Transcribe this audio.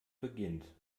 beginnt